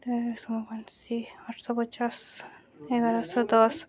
ତାପରେ ସୋମବଂଶୀ ଆଠଶହ ପଚାଶ ଏଗାରଶହ ଦଶ